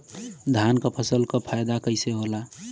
धान क फसल क फायदा कईसे होला?